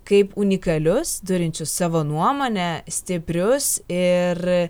kaip unikalius turinčius savo nuomonę stiprius ir